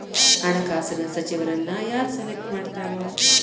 ಹಣಕಾಸಿನ ಸಚಿವರನ್ನ ಯಾರ್ ಸೆಲೆಕ್ಟ್ ಮಾಡ್ತಾರಾ